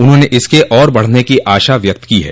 उन्होंने इसके और बढ़ने की आशा व्यक्त की है